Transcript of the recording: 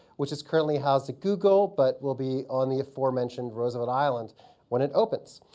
which is currently housed at google but will be on the aforementioned roosevelt island when it opens.